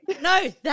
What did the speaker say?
No